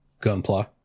Gunpla